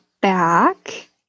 back